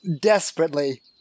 desperately